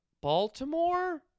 Baltimore